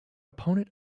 opponent